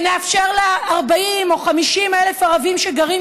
ונאפשר ל-40,000 או 50,000 ערבים שגרים